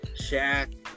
Shaq